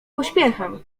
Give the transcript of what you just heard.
pośpiechem